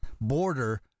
border